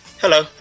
Hello